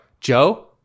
Joe